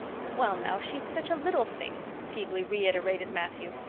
well now, she's such a little thing, feebly reiterated matthew.